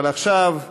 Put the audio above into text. אבל עכשיו כדין,